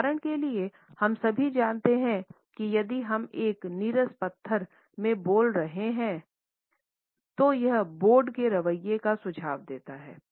उदाहरण के लिए हम सभी जानते हैं कि यदि हम एक नीरस पत्थर में बोल रहे हैं तो यह बोर्ड के रवैये का सुझाव देता है